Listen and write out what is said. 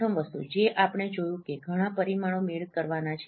પ્રથમ વસ્તુ જે આપણે જોયું કે ઘણા પરિમાણો મેળ કરવાના છે